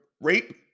rape